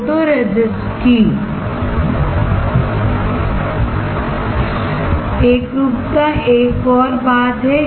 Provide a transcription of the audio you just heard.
photoresist की एकरूपता एक और बात है